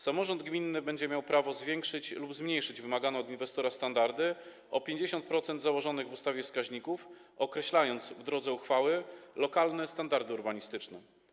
Samorząd gminny będzie miał prawo zwiększyć lub zmniejszyć wymagane od inwestora standardy, o 50% założonych w ustawie wskaźników, określając, w drodze uchwały, lokalne standardy urbanistyczne.